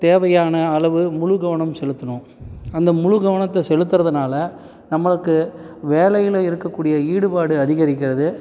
தேவையான அளவு முழு கவனம் செலுத்தணும் அந்த முழு கவனத்தை செலுத்துகிறதனால நம்மளுக்கு வேலையில் இருக்கக்கூடிய ஈடுபாடு அதிகரிக்கிறது